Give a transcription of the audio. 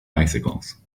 bicycles